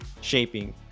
shaping